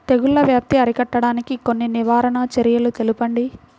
తెగుళ్ల వ్యాప్తి అరికట్టడానికి కొన్ని నివారణ చర్యలు తెలుపండి?